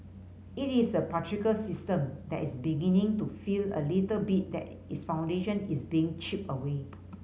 it is a patriarchal system that is beginning to feel a little bit that its foundation is being chipped away